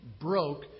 broke